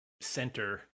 center